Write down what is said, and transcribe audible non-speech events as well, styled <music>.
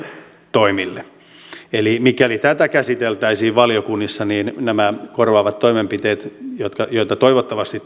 toimille eli mikäli tätä käsiteltäisiin valiokunnissa niin nämä korvaavat toimenpiteet joita joita toivottavasti <unintelligible>